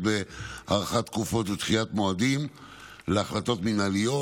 בהארכת תקופות ודחיית מועדים של החלטות מינהליות.